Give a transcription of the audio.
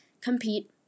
compete